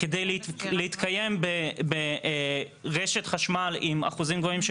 כדי להתקיים ברשת חשמל עם אחוזים גבוהים של